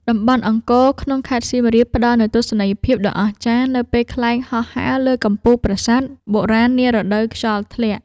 តំបន់អង្គរក្នុងខេត្តសៀមរាប ផ្ដល់នូវទស្សនីយភាពដ៏អស្ចារ្យនៅពេលខ្លែងហោះហើរលើកំពូលប្រាសាទបុរាណនារដូវខ្យល់ធ្លាក់។